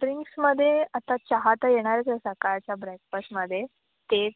ड्रिंक्समध्ये आता चहा तर येणारच आहे सकाळचा ब्रेकफस्टमध्ये ते